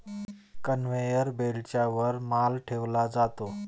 conveyor बेल्टच्या वर माल ठेवला जातो